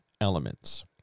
elements